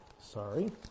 Sorry